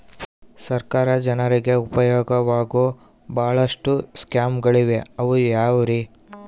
ಸರ್ಕಾರ ಜನರಿಗೆ ಉಪಯೋಗವಾಗೋ ಬಹಳಷ್ಟು ಸ್ಕೇಮುಗಳಿವೆ ಅವು ಯಾವ್ಯಾವ್ರಿ?